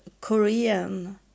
Korean